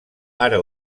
ara